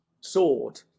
sword